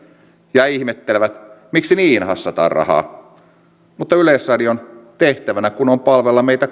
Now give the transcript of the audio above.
ja he ihmettelevät miksi niihin hassataan rahaa mutta yleisradion tehtävänä kun on palvella meitä